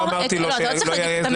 לא צריך להגיד את המילה.